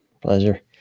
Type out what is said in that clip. Pleasure